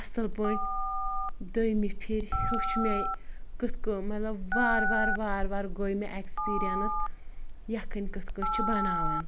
اَصٕل پٲٹِھۍ دٔیمہِ پِھرِ ہیٚوچھ مےٚ کِتھ کٕم مَطلَب وارٕ وارٕ وارٕ وارٕ گٔیہِ مےٚ ایٚکٕسپیٖریَنٕس یَکٕھنۍ کِتھ کٲٹھۍ چھِ بَناوَان